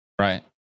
right